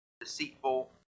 deceitful